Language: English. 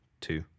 two